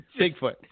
Bigfoot